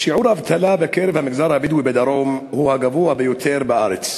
שיעור האבטלה בקרב המגזר הבדואי בדרום הוא הגבוה ביותר בארץ.